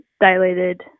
dilated